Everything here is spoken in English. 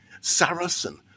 Saracen